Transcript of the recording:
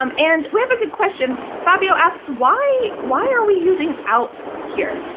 um and we have a good question. fabio asks, why why are we using out here?